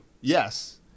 Yes